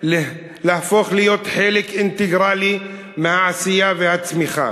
להפוך להיות חלק אינטגרלי של העשייה והצמיחה.